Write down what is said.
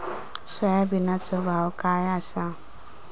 सोयाबीनचो भाव काय आसा?